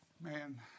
Man